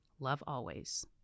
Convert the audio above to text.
lovealways